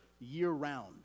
year-round